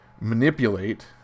manipulate